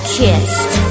kissed